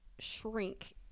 shrink